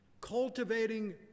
cultivating